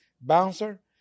bouncer